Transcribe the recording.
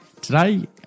Today